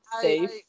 safe